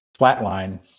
flatline